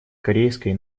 корейской